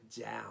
down